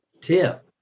tip